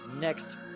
next